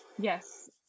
yes